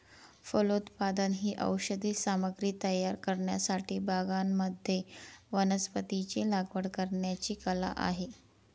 फलोत्पादन ही औषधी सामग्री तयार करण्यासाठी बागांमध्ये वनस्पतींची लागवड करण्याची कला आहे